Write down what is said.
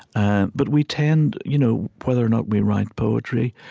and but we tend you know whether or not we write poetry,